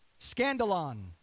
Scandalon